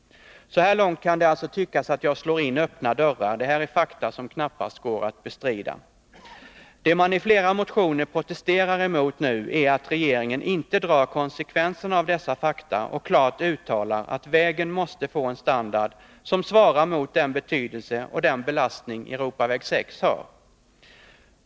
Så här långt kan det alltså tyckas att jag slår in öppna dörrar. Det här är fakta som knappast går att bestrida. Det man i flera motioner protesterar emot nu är att regeringen inte drar konsekvenserna av dessa fakta och klart uttalar att vägen måste få en standard som svarar mot den betydelse och den belastning Europaväg 6 har.